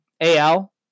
AL